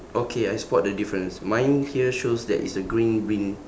okay I spot the difference mine here shows that it's a green bin